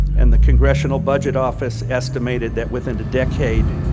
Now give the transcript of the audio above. and, the congressional budget office estimated that within a decade,